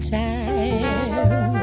time